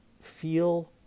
feel